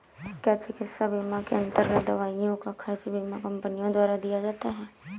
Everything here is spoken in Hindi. क्या चिकित्सा बीमा के अन्तर्गत दवाइयों का खर्च बीमा कंपनियों द्वारा दिया जाता है?